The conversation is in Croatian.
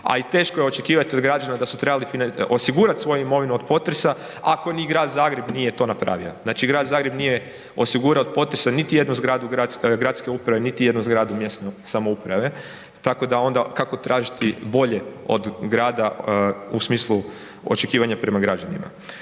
a i teško je očekivati od građana da su trebali osigurati svoju imovinu od potresa ako ni grad Zagreb nije to napravio. Znači grad Zagreb nije osigurao od potresa niti jednu zgradu gradske uprave niti jednu zgradu mjesne samouprave, tako da onda, kako tražiti bolje od grada u smislu očekivanja prema građanima.